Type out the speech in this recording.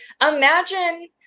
imagine